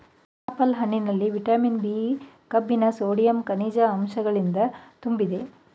pineapple ಹಣ್ಣಿನಲ್ಲಿ vitamin B, ಕಬ್ಬಿಣ sodium, ಕನಿಜ ಅಂಶಗಳಿಂದ ತುಂಬಿದೆ